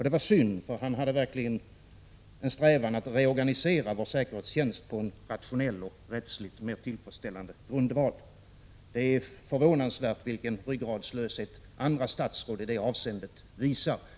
Det var synd, för han hade verkligen en strävan att reorganisera vår säkerhetstjänst på en rationell och rättsligt mera tillfredsställande grundval. Det är förvånansvärt vilken ryggradslöshet andra statsråd i det avseendet visar.